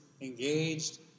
engaged